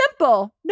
simple